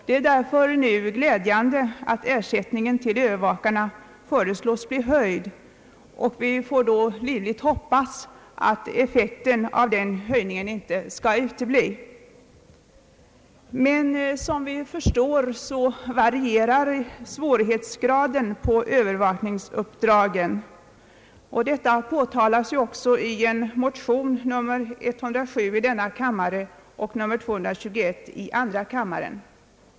Det är därför glädjande att ersättningen till övervakarna nu föreslås bli höjd, och vi får då livligt hoppas att effekten av denna höjning inte skall utebli. Som vi väl förstår varierar emellertid svårighetsgraden när det gäller övervakningsuppdragen. Detta påtalas också i motionsparet I:107 och II: 221.